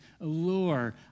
allure